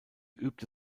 übte